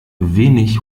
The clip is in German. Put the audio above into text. wenig